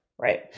Right